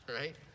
right